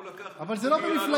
הוא לקח, אבל זה לא במפלגה.